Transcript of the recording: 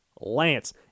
Lance